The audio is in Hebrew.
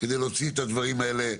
אני אתן לך דוגמה בעניין הזה,